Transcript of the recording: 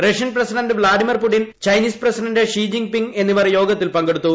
Russian president Vladimir Putin Chinese president Xi Jinping എന്നിവർ യോഗത്തിൽ പങ്കെടുത്തു